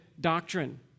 doctrine